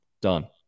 Done